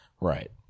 Right